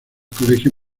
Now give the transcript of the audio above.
colegio